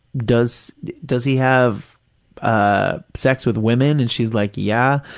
does does he have ah sex with women? and she's like, yeah.